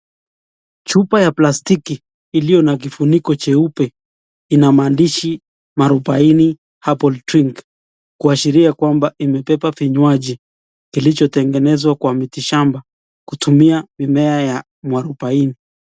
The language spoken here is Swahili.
Chupa ya plastiki iliyo na kifuniko cheupe ina maandishi mwarubaini herbal drink kuashiria kwamba imebeba vinywaji kilicho tengenezwa kwa miti shamba kutumia mimea ya mwarubaini.